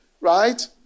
Right